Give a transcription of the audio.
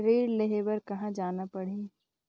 ऋण लेहे बार कहा जाना पड़ही?